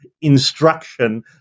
instruction